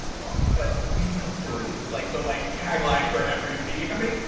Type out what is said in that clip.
ah ah we tell stories is like the like tagline for every media company.